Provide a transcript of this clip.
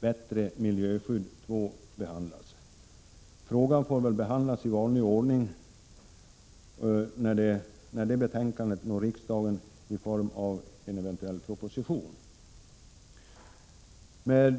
Bättre miljöskydd II behandlas. Frågan får väl behandlas i vanlig ordning när detta betänkande når riksdagen i form av eventuell proposition. Fru talman!